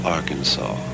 Arkansas